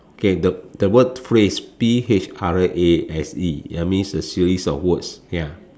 okay the the word phrase P H R A S E that means a series of words ya